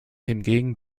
hingegen